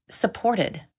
supported